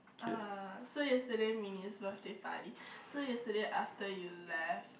uh so yesterday's Min-Yi's birthday party so yesterday after you left